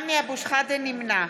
נמנע